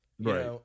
Right